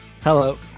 hello